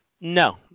no